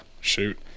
shoot